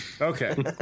Okay